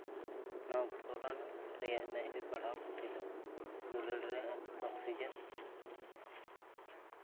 ᱱᱚᱣᱟ ᱫᱷᱚᱨᱱᱟᱜ ᱨᱮᱱᱟᱜ ᱠᱟᱹᱦᱱᱤ ᱯᱟᱲᱦᱟᱣ ᱯᱩᱛᱷᱤ ᱫᱚ ᱫᱩᱞᱟᱹᱲ ᱨᱮᱱᱟᱜ ᱚᱠᱥᱤᱡᱮᱱ